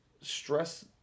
stress